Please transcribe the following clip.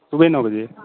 सुबह नौ बजे